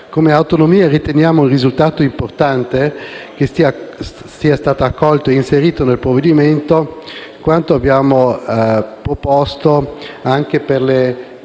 Come Autonomie riteniamo un risultato importante il fatto che sia stato accolto e inserito nel provvedimento quanto avevamo proposto anche per le